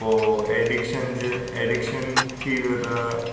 पोइ एडिक्शन जे एडिक्शन थी वियो त